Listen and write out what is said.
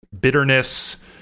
bitterness